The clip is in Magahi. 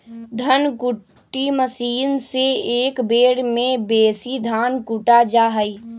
धन कुट्टी मशीन से एक बेर में बेशी धान कुटा जा हइ